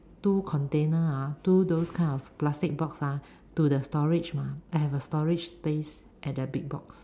two container ah two those kind of plastic box ah to the storage mah I have a storage space at the Big-Box